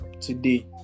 today